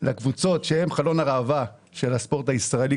לקבוצות שהן חלות הראווה של הספורט הישראלי,